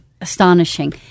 astonishing